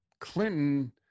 clinton